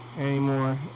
anymore